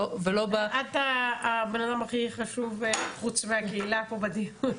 את הבן אדם הכי חשוב חוץ מהקהילה פה בדיון.